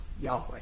Yahweh